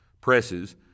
presses